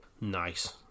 Nice